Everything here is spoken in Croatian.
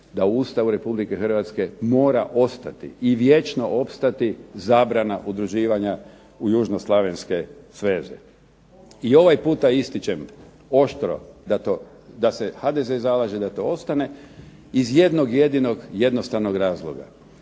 da u Ustavu RH mora ostati i vječno opstati zabrana udruživanja u južnoslavenske sveze. I ovaj puta ističem, oštro, da se HDZ zalaže da to ostane iz jednog jedinog jednostavnog razloga.